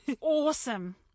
awesome